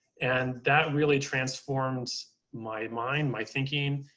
and that really transformed my mind, my thinking,